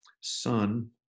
son